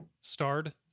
starred